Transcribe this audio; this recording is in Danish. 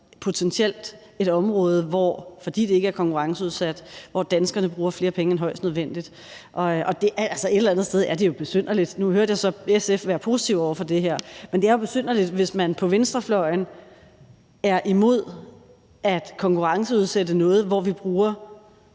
potentielt et område, hvor danskerne, fordi det ikke er konkurrenceudsat, bruger flere penge end højst nødvendigt. Altså, et eller andet sted er det jo besynderligt – nu hørte jeg så SF være positive over for det her – hvis man på venstrefløjen er imod at konkurrenceudsætte noget, hvor vi bruger